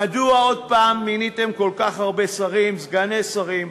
מדוע מיניתם כל כך הרבה שרים, סגני שרים?